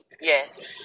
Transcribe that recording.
Yes